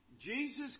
Jesus